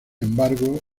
embargo